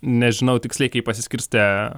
nežinau tiksliai kaip pasiskirstė